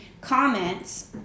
comments